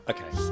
Okay